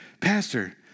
pastor